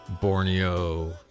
Borneo